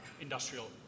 industrial